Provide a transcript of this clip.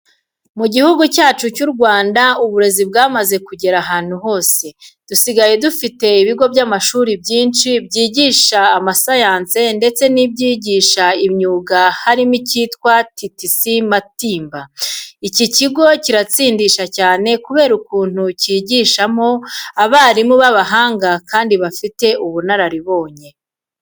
Mu Gihugu cyacu cy'u Rwanda uburezi bwamaze kugera ahantu hose. Dusigaye dufite ibigo by'amashuri byinshi byigisha amasayansi ndetse n'ibyigisha imyuga harimo n'icyitwa TTC MATIMBA. Iki kigo kiratsindisha cyane kubera ukuntu cyigishaho abarimu b'abahanga kandi bafite ubunararibonye.